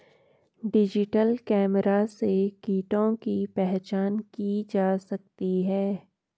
digital camera से कीटों की पहचान की जा सकती है